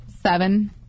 Seven